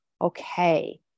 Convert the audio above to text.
Okay